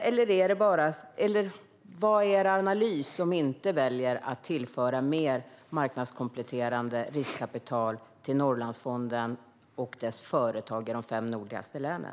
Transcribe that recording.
Vad är er analys eftersom ni väljer att inte tillföra mer marknadskompletterande riskkapital till företagarna i Norrlandsfonden i de fem nordligaste länen?